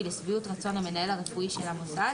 לשביעות רצון המנהל הרפואי של המוסד,